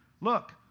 look